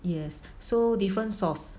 yes so different source